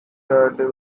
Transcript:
durable